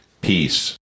peace